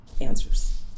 answers